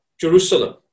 Jerusalem